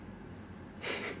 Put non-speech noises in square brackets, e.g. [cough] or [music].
[laughs]